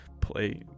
Play